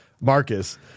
Marcus